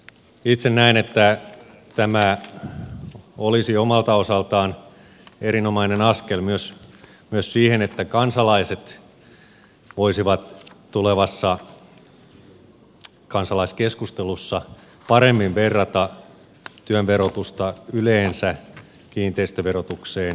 itse näen että tämä olisi omalta osaltaan erinomainen askel myös siihen että kansalaiset voisivat tulevassa kansalaiskeskustelussa paremmin verrata työn verotusta yleensä kiinteistöverotukseen